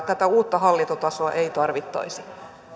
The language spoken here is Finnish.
tätä uutta hallintotasoa ei tarvittaisi